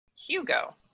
Hugo